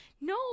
No